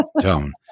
tone